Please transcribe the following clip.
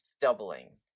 doubling